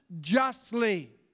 justly